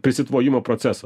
prisitvojimo procesą